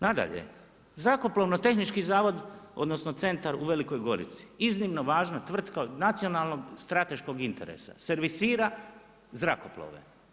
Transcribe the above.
Nadalje, zrakoplovno tehnički zavod, odnosno, centar u Velikoj Gorici, iznimno važna tvrtka od nacionalnog strateškog interesa, servisira zrakoplove.